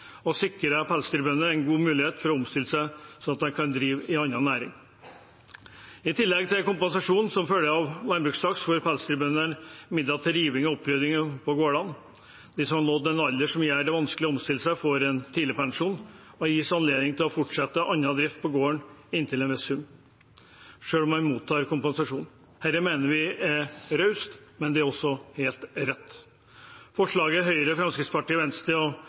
en god mulighet for å omstille seg, slik at de kan drive i annen næring. I tillegg til kompensasjon som følge av landbrukstakst får pelsdyrbøndene midler til riving og opprydding på gårdene. De som har nådd en alder som gjør det vanskelig å omstille seg, får en tidligpensjon og gis anledning til å fortsette annen drift på gården inntil en viss sum selv om man mottar kompensasjon. Dette mener vi er raust, men det er også helt rett. Forslaget Høyre, Fremskrittspartiet, Venstre